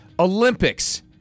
Olympics